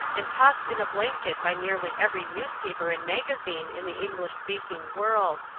and tossed in a blanket by nearly every newspaper and magazine in the english-speaking world.